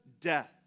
death